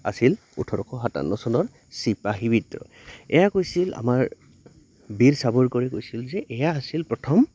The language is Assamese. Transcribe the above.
আছিল ওঠৰশ সাতাৱন্ন চনৰ চিপাহী বিদ্ৰোহ এয়া কৈছিল আমাৰ বীৰ চাবৰ কৰি কৈছিল যে এয়া আছিল প্ৰথম